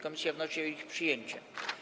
Komisja wnosi o ich przyjęcie.